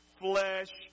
flesh